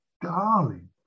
darling